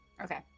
Okay